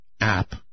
app